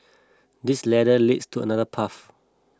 this ladder leads to another path